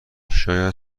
شاید